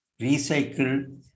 recycle